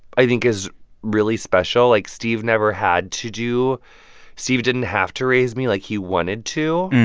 i think is really special. like, steve never had to do steve didn't have to raise me. like, he wanted to.